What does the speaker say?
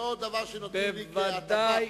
זה לא דבר שנותנים לי כהטבה,